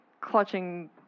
clutching